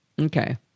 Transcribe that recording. Okay